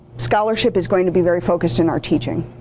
scholarship is going to be very focused in our teaching,